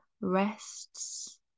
rests